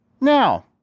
Now